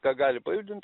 ką gali pajudint